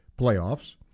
playoffs